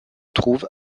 trouve